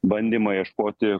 bandymą ieškoti